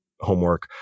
homework